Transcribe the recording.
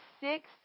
six